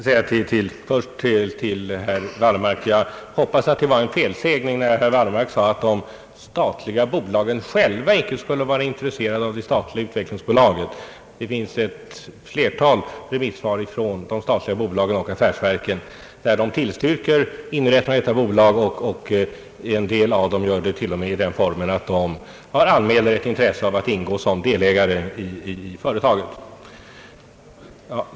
Herr talman! Jag hoppas att det var en felsägning, när herr Wallmark påstod att de statliga bolagen själva inte var intresserade av det statliga utvecklingsbolaget. Det finns ett flertal .remissvar från de statliga bolagen och affärsverken, vari de tillstyrker inrättandet av detta utvecklingsbolag, och en del av dem gör det till och med i den formen att de anmäler sitt intresse av att ingå såsom delägare i utvecklingsbolaget.